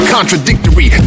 Contradictory